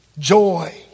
Joy